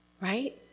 right